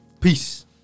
Peace